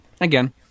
again